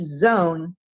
zone